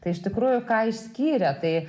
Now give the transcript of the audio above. tai iš tikrųjų ką išskyrė tai